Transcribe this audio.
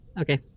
Okay